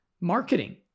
marketing